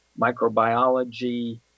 microbiology